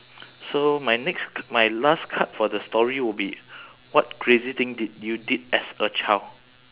so my next c~ my last card for the story would be what crazy thing did you did as a child